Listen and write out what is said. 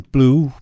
Blue